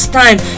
time